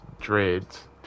dreads